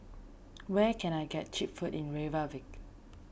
where can I get Cheap Food in Reykjavik